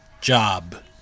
job